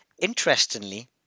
Interestingly